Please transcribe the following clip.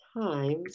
times